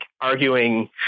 arguing